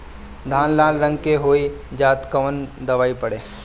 धान लाल रंग के हो जाता कवन दवाई पढ़े?